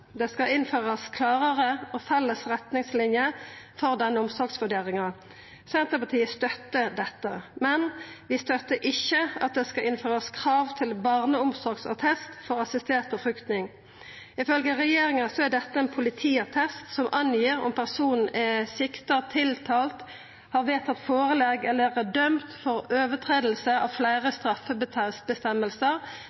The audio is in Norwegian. Det skal innførast klarare og felles retningslinjer for denne omsorgsvurderinga. Senterpartiet støttar dette. Men vi støttar ikkje at det skal innførast krav til barneomsorgsattest for assistert befruktning. Ifølge regjeringa er dette ein politiattest som angir om personen er sikta, tiltalt, har vedtatt førelegg eller er dømt for brot på fleire